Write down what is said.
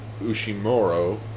Ushimuro